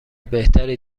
بهتری